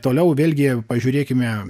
toliau vėlgi pažiūrėkime